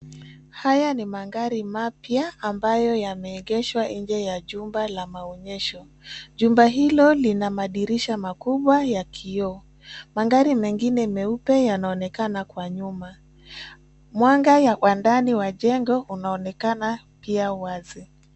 Haya ni magari mapya ambayo yameegeshwa nje ya jumba la maonyesho jumba hilo lina madirisha makubwa ya kioo. Magari mengine meupe yanaonekana kwa nyuma mwanga wa ndani wa jengo unaonekana pia wazi.